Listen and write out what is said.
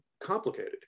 complicated